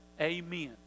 Amen